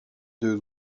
deux